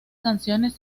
canciones